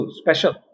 special